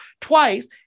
twice